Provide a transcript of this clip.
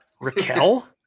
Raquel